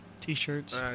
t-shirts